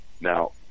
Now